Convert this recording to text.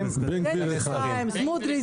הממשלה (תיקון ביקורת שיפוטית לעניין כשירות במינוי),